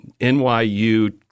NYU